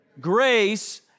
Grace